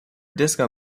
disco